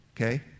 okay